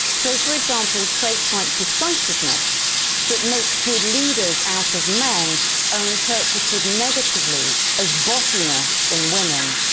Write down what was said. so for example, traits like decisiveness that make good leaders out of men are interpreted negatively as bossiness in women.